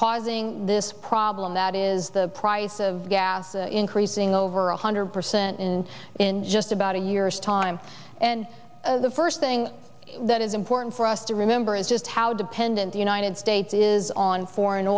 causing this problem that is the price of gas increasing over one hundred percent and in just about a year's time and the first thing that is important for us to remember is just how dependent the united states is on foreign